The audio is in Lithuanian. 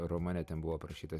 romane ten buvo aprašyta